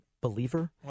believer